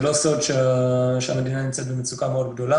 זה לא סוד שהמדינה נמצאת במצוקה מאוד גדולה.